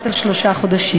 על שלושה חודשים.